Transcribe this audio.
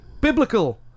Biblical